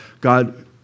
God